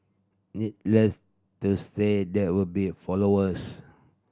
needless to say there will be followers